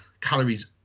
calories